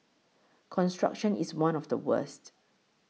construction is one of the worst